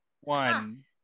One